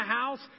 house